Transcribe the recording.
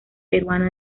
peruana